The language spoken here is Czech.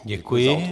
Děkuji.